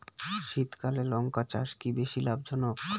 শীতকালে লঙ্কা চাষ কি বেশী লাভজনক?